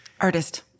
Artist